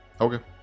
Okay